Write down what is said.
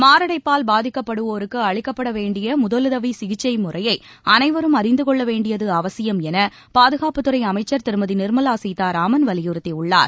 மாரடைப்பால் பாதிக்கப்படுவோருக்கு அளிக்கப்பட வேண்டிய முதலுதவி சிகிச்சை முறையை அனைவரும் அறிந்து கொள்ள வேண்டியது அவசியம் என பாதுகாப்புத் துறை அமைச்சர் திருமதி நிர்மலா சீதாராமன் வலியுறுத்தியுள்ளார்